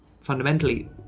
fundamentally